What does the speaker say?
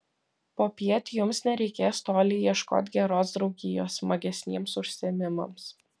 popiet jums nereikės toli ieškoti geros draugijos smagesniems užsiėmimams